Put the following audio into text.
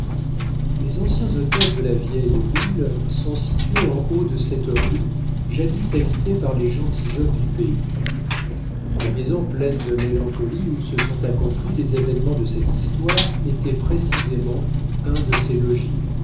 les anciens hôtels de la vieille ville sont situés en haut de cette rue jadis habitée par les gentilshommes du pays la maison pleine de mélancolie où se sont accomplis les événements de cette histoire était précisément un de ces logis